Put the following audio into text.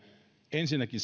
ensinnäkin